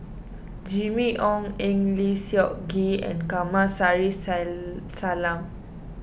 Jimmy Ong Eng Lee Seok Chee and Kamsari Salam